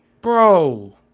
Bro